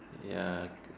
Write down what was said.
ya